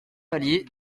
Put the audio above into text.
valier